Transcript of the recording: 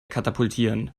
katapultieren